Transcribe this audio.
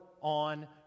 on